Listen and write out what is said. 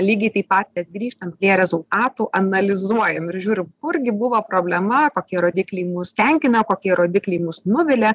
lygiai taip pat mes grįžtam prie rezultatų analizuojam ir ir žiūrim kurgi buvo problema kokie rodikliai mus tenkina kokie rodikliai mus nuvilia